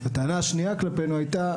הטענה כלפינו הייתה,